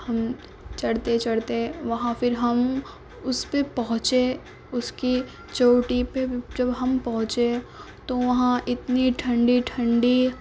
ہم چڑھتے چڑھتے وہاں پھر ہم اس پہ پہنچے اس کی چوٹی پہ جب ہم پہنچے تو وہاں اتنی ٹھنڈی ٹھنڈی